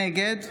נגד